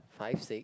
five six